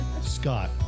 Scott